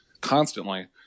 constantly